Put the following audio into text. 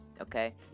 Okay